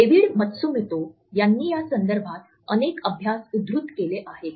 David Matsumoto यांनी या संदर्भात अनेक अभ्यास उद्धृत केले आहेत